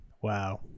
Wow